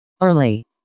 early